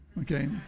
Okay